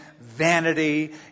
vanity